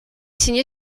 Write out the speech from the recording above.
signée